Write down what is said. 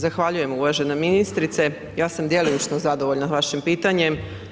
Zahvaljujem uvažena ministrice, ja sam djelomično zadovoljna vašim pitanjem.